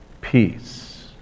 Peace